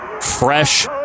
fresh